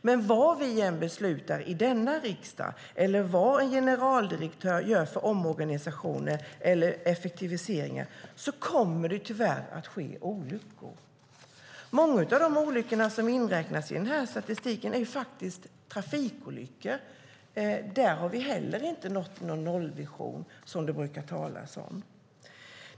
Men vad vi än beslutar i denna riksdag eller vilka omorganisationer eller effektiviseringar en generaldirektör än gör kommer det tyvärr att ske olyckor. Många av de olyckor som räknas in i statistiken är trafikolyckor. Där har vi inte heller nått någon nollvision, som det brukar talas om.